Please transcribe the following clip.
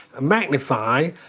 magnify